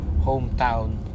hometown